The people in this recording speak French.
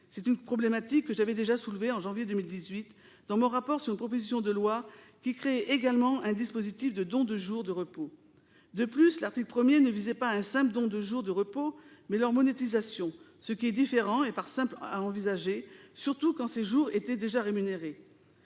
C'est une problématique que j'avais déjà soulevée en janvier 2018, dans mon rapport sur une proposition de loi visant également à créer un dispositif de don de jours de repos. De plus, l'article 1 tendait à mettre en oeuvre non pas un simple don de jours de repos, mais leur monétisation, ce qui est différent et pas simple à envisager surtout quand ces jours étaient déjà rémunérés.